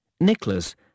Nicholas